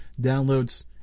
downloads